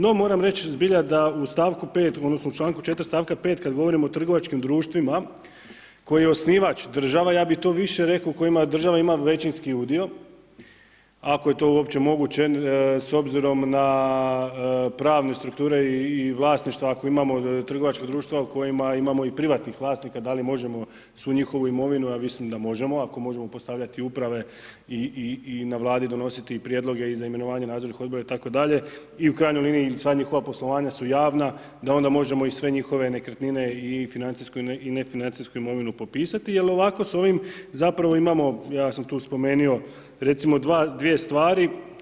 No moram reći zbilja da u stavku 5. odnosno u članku 4. stavka 5. kad govorim o trgovačkim društvima koji je osnivač država, ja bi to više rekao u kojima država ima većinski udio, ako je to uopće moguće s obzirom na pravne strukture i vlasništva ako imamo od trgovačkih društava u kojima imamo i privatnih vlasnika, da li možemo svu njihovu imovinu, a ja mislim da možemo, ako možemo postavljati uprave i na Vladi donositi prijedloge i za imenovanje nadzornih odbora itd. i u krajnjoj liniji sva njihova poslovanja su javna, da onda možemo i sve njihove nekretnine i financijsko i nefinancijsku imovinu popisati jer ovako s ovim zapravo imamo, ja sam tu spomenio recimo dvije stvari.